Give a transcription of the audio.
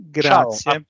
grazie